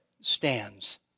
stands